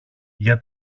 για